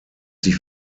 sie